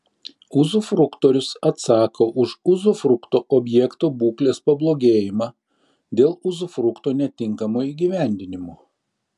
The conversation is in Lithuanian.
uzufruktorius atsako už uzufrukto objekto būklės pablogėjimą dėl uzufrukto netinkamo įgyvendinimo